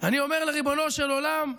אני אומר לריבונו של עולם,